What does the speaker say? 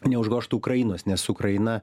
neužgožtų ukrainos nes ukraina